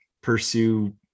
pursue